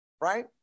right